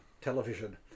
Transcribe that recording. television